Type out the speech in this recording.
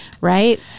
right